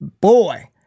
Boy